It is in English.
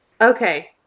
Okay